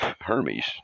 Hermes